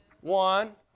One